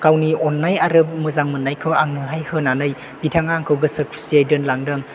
गावनि अननाय आरो मोजां मोननायखौ आंनोहाय होनानै बिथाङा आंखौ गोसो खुसियै दोनलांदों